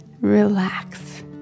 Relax